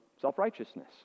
self-righteousness